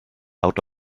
out